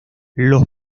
los